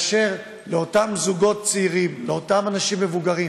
ולאותם זוגות צעירים ואנשים מבוגרים